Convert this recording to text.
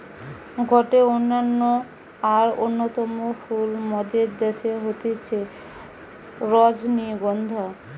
গটে অনন্য আর অন্যতম ফুল মোদের দ্যাশে হতিছে রজনীগন্ধা